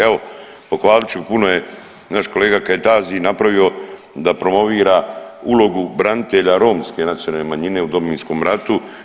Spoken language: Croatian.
Evo, pohvalit ću puno je naš kolega Kajtazi napravio da promovira ulogu branitelja romske nacionalne manjine u Domovinskom ratu.